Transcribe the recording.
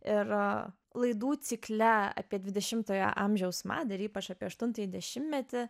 ir laidų cikle apie dvidešimtojo amžiaus madą ir ypač apie aštuntąjį dešimtmetį